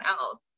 else